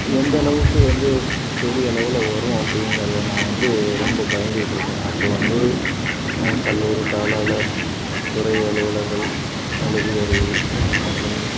எந்தளவுக்கு வந்து பெரியளவில் வரும் அப்படிங்கிறத நான் வந்து ரொம்ப பயந்துக்கிட்டிருந்தேன் அப்போ வந்து கல்லூரி தாளாளர் துறை அலுவலர்கள் மேலதிகாரிகள் மற்றும்